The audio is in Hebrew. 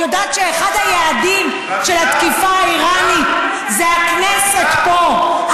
את יודעת שאחד היעדים של התקיפה האיראנית זה הכנסת פה,